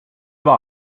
var